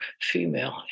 female